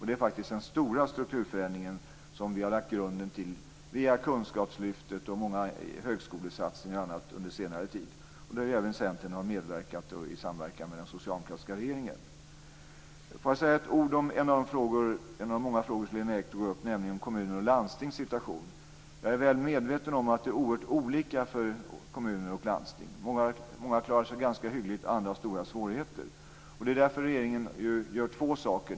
Det är den stora strukturförändringen som vi har lagt grunden till via kunskapslyftet och många högskolesatsningar. Där har även Centern medverkat i samverkan med den socialdemokratiska regeringen. Får jag säga ett ord om en av de många frågor som Lena Ek tog upp, nämligen kommunernas och landstingens situation. Jag är väl medveten om att det är oerhört olika för kommuner och landsting. Många klarar sig ganska hyggligt, andra har stora svårigheter. Det är därför regeringen gör två saker.